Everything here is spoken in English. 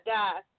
die